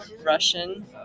Russian